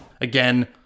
Again